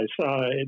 side